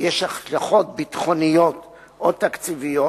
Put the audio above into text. יש השלכות ביטחוניות או תקציביות,